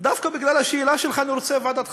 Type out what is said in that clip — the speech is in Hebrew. דווקא בגלל השאלה שלך אני רוצה ועדת חקירה.